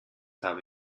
habe